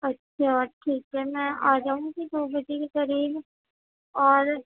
اچھا ٹھیک ہے میں آجاؤں گی دو بجے کے قریب اور